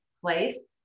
place